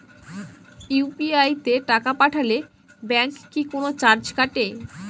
UPI তে টাকা পাঠালে ব্যাংক কি কোনো চার্জ কাটে?